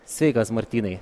sveikas martynai